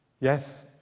Yes